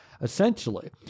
essentially